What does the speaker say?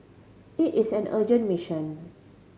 it is an urgent mission